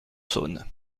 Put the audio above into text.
saône